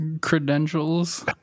credentials